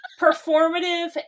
Performative